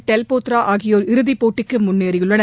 Del Potro ஆகியோர் இறுதிப் போட்டிக்கு முன்னேறியுள்ளனர்